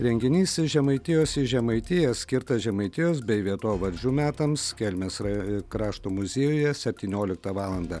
renginys iš žemaitijos į žemaitiją skirtą žemaitijos bei vietovardžių metams kelmės rajo krašto muziejuje septynioliktą valandą